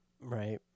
right